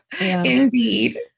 Indeed